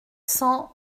cent